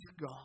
God